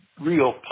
real